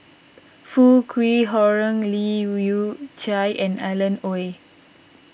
Foo Kwee Horng Leu Yew Chye and Alan Oei